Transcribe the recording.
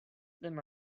them